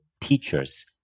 teachers